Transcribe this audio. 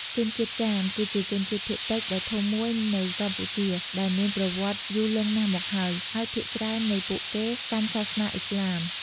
ជនជាតិចាមគឺជាជនជាតិភាគតិចដ៏ធំមួយនៅកម្ពុជាដែលមានប្រវត្តិយូរលង់ណាស់មកហើយ ហើយភាគច្រើននៃពួកគេកាន់សាសនាឥស្លាម។